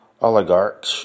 oligarch